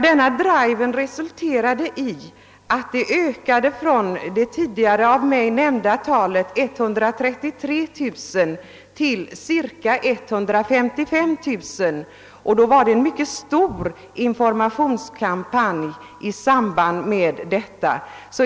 Denna drive resulterade i en ökning från det av mig tidigare nämnda talet 133 000 till cirka 155000 — och då hade man ändå haft en omfattande informationskampanj.